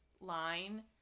line